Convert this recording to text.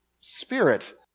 spirit